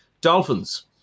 Dolphins